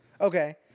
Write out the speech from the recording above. Okay